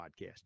podcast